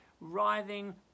writhing